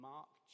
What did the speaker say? Mark